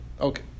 Okay